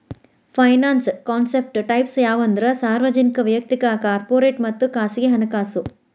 finance concept types ಯಾವಂದ್ರ ಸಾರ್ವಜನಿಕ ವಯಕ್ತಿಕ ಕಾರ್ಪೊರೇಟ್ ಮತ್ತ ಖಾಸಗಿ ಹಣಕಾಸು